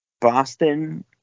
Boston